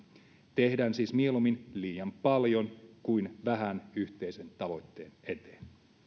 tehdään siis mieluummin liian paljon kuin vähän yhteisen tavoitteen eteen